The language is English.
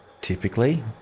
typically